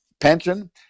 pension